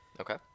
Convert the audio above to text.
Okay